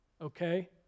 Okay